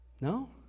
No